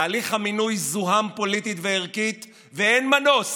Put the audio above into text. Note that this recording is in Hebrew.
תהליך המינוי זוהם פוליטית וערכית, ואין מנוס